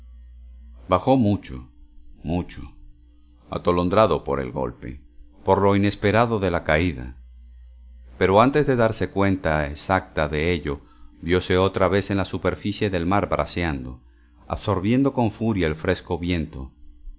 bajó mucho mucho atolondrado por el golpe por lo inesperado de la caída pero antes de darse cuenta exacta de ello viose otra vez en la superficie del mar braceando absorbiendo con furia el fresco viento